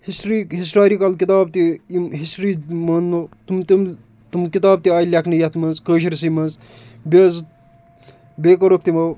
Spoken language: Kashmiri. ہِسٹری ہسٹارِکل کِتاب تہِ یِم ہِسٹری مانو تِم تِم کِتاب تہِ آیہِ لیٚکھنہٕ یَتھ منٛز کٲشرسٕے منٛز بیٚیہِ حظ بیٚیہِ کوٚرُکھ تِمو